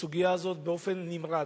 בסוגיה הזאת באופן נמרץ.